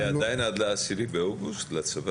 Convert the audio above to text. זה עדיין עד ל-10 באוגוסט, לצבא?